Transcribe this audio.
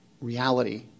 reality